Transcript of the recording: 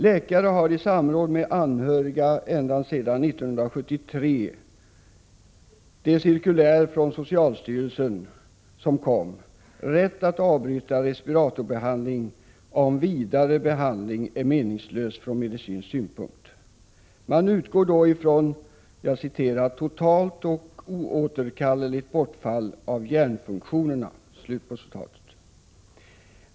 Läkare har i samråd med anhöriga sedan 1973, enligt ett cirkulär från socialstyrelsen, rätt att avbryta respiratorbehandlingen om ”vidare behandling är meningslös från medicinsk synpunkt”. Man utgår då ifrån ”totalt och oåterkalleligt bortfall av hjärnfunktionerna”.